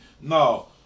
no